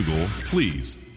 please